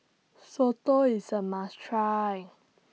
Soto IS A must Try